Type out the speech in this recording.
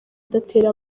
udatera